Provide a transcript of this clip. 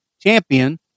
champion